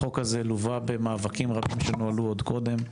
החוק לווה במאבקים רבים שנוהלו עוד קודם,